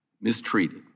mistreated